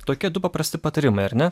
tokie du paprasti patarimai ar ne